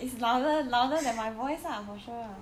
is louder louder than my voice lah for sure ah